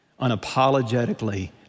unapologetically